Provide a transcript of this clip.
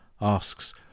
asks